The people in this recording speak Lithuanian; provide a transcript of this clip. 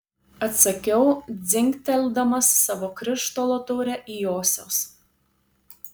atsakiau dzingteldamas savo krištolo taure į josios